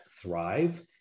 thrive